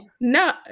No